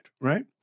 right